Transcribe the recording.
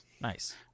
Nice